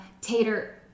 Tater